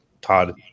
Todd